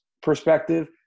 perspective